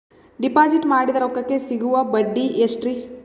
Deposit ಮಾಡಿದ ರೊಕ್ಕಕೆ ಸಿಗುವ ಬಡ್ಡಿ ಎಷ್ಟ್ರೀ?